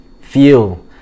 feel